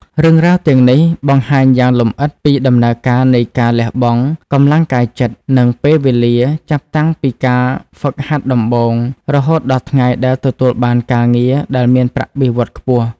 រឿងរ៉ាវទាំងនេះបង្ហាញយ៉ាងលម្អិតពីដំណើរការនៃការលះបង់ កម្លាំងកាយចិត្ត និងពេលវេលា ចាប់តាំងពីការហ្វឹកហាត់ដំបូង រហូតដល់ថ្ងៃដែលទទួលបានការងារដែលមានប្រាក់បៀវត្សរ៍ខ្ពស់។